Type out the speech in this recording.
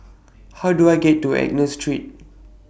How Do I get to Angus Street